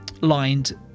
lined